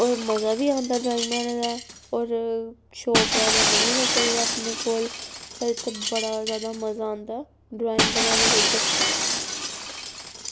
होर मज़ा बी ऐऔंदा ड्राईंग बनाने दा होर शोर शराबा नेईं होना चाहिदा अपने कोल ते फिर उत्थै बड़ा जैदा मज़ा औंदा ड्राईंग बनाने बिच